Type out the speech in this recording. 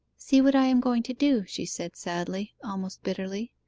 see what i am going to do she said sadly, almost bitterly.